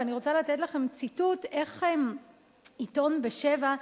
ואני רוצה לתת לכם ציטוט איך עיתון "בשבע"